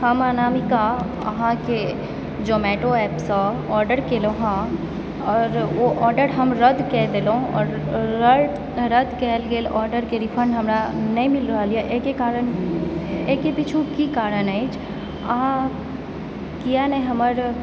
हम अनामिका अहाँकेँ Zomato app सँ ऑर्डर कएलहुॅं हँ आओर ओ ऑर्डर हम रद्द कए देलहुॅं आओर रद्द कएल गेल ऑर्डर के रिफण्ड हमरा नहि मिल रहल यऽ एहिकेँ कारण एहिके पिछु की कारण अछि अहाँ किया नहि हमर